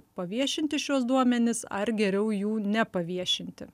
paviešinti šiuos duomenis ar geriau jų nepaviešinti